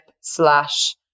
slash